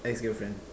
ex girlfriend